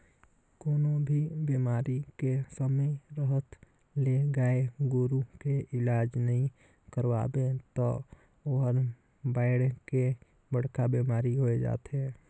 कोनों भी बेमारी के समे रहत ले गाय गोरु के इलाज नइ करवाबे त ओहर बायढ़ के बड़खा बेमारी होय जाथे